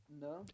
No